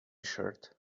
shirt